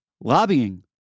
Lobbying